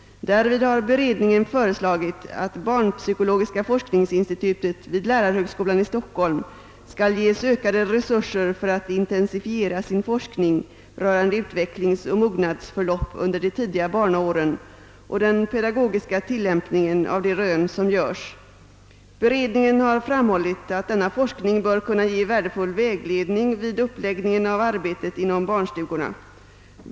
Därvid har beredningen föreslagit, att barnpsykologiska forskningsinstitutet vid lärarhögskolan i Stockholm skall ges ökade resurser för att intensifiera sin forskning rörande utvecklingsoch mognadsförlopp under de tidiga barnaåren och den pedagogiska tillämpningen av de rön som görs. Beredningen har framhållit, att denna forskning bör kunna ge värdefull vägledning vid uppläggningen av arbetet inom barnstugorna.